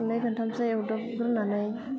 खेबनै खेबथामसो एवदबग्रोनानै